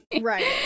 Right